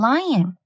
,Lion